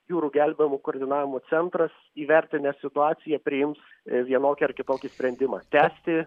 jūrų gelbėjimo koordinavimo centras įvertinęs situaciją priims vienokį ar kitokį sprendimą tęsti